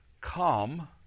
come